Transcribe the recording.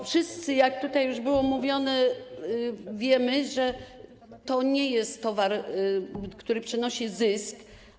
Wszyscy - tutaj już było to mówione - wiemy, że to nie jest towar, który przynosi zysk.